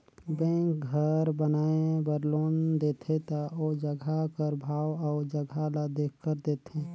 bank घर बनाए बर लोन देथे ता ओ जगहा कर भाव अउ जगहा ल देखकर देथे